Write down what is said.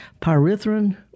pyrethrin